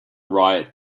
riot